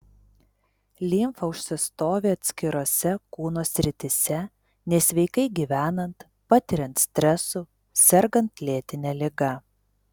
limfa užsistovi atskirose kūno srityse nesveikai gyvenant patiriant stresų sergant lėtine liga